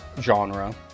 genre